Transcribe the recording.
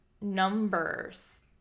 numbers